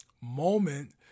moment